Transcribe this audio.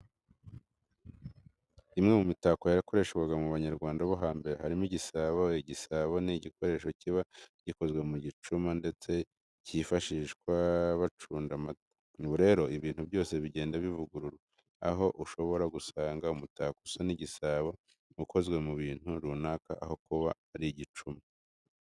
Imwe mu mitako yakoreshwaga mu banyarwanda bo hambere harimo igisabo. Igisabo ni igikoresho kiba gikozwe mu gicuma ndetse kifashishwaga bacunda amata. Ubu rero ibintu byose bigenda bivugururwa aho ushobora gusanga umutako usa n'igisabo ukozwe mu bintu runaka aho kuba ari igicuma.